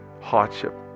hardship